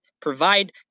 provide